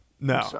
No